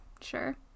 Sure